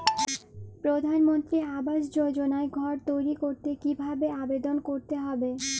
প্রধানমন্ত্রী আবাস যোজনায় ঘর তৈরি করতে কিভাবে আবেদন করতে হবে?